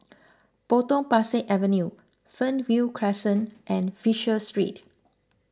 Potong Pasir Avenue Fernvale Crescent and Fisher Street